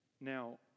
Now